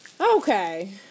Okay